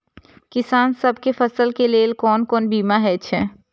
किसान सब के फसल के लेल कोन कोन बीमा हे छे?